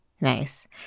Nice